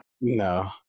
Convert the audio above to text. No